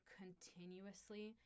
continuously